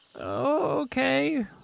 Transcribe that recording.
okay